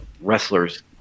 wrestlers